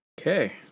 Okay